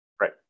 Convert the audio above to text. Right